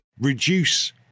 reduce